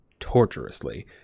torturously